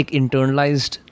internalized